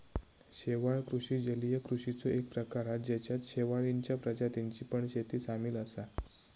शेवाळ कृषि जलीय कृषिचो एक प्रकार हा जेच्यात शेवाळींच्या प्रजातींची पण शेती सामील असा